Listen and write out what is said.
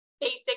basic